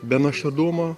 be nuoširdumo